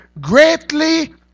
greatly